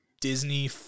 Disney